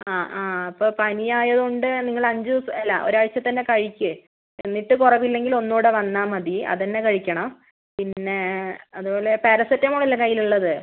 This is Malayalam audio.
ആ ആ അപ്പോൾ പനിയായതുകൊണ്ട് നിങ്ങള് അഞ്ച് ദിവസം അല്ല ഒരാഴ്ച തന്നെ കഴിക്ക് എന്നിട്ട് കുറവില്ലെങ്കിൽ ഒന്നുകൂടെ വന്നാൽ മതി അതുതന്നെ കഴിക്കണം പിന്നെ അതുപോലെ പാരസെറ്റാമോൾ അല്ലേ കയ്യിൽ ഉള്ളത്